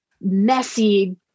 messy